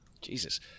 Jesus